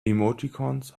emoticons